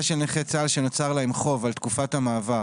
של נכי צה"ל שנוצר להם חוב על תקופת המעבר